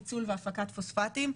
ניצול והפקת פוספטים,